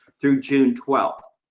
through june twelfth.